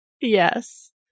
Yes